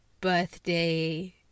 birthday